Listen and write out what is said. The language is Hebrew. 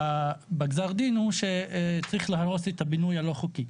בגזר דין הוא שצריך להרוס את הבינוי הלא חוקי.